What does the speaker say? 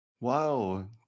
Wow